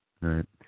Right